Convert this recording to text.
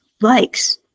likes